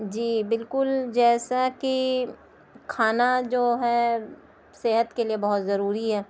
جی بالکل جیسا کہ کھانا جو ہے صحت کے لیے بہت ضروری ہے